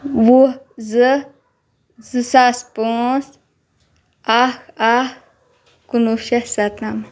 وُہ زٕ زٕ ساس پانٛژھ اکھ اکھ کُنوُہ شٮ۪تھ سَتنَمَتھ